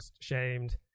shamed